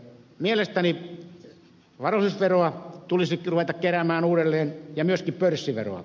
mielestäni varallisuusveroa tulisi ruveta keräämään uudelleen ja myöskin pörssiveroa